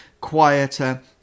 quieter